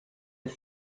est